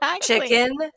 Chicken